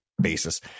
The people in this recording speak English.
basis